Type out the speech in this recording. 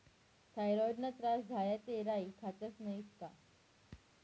थॉयरॉईडना त्रास झाया ते राई खातस नैत का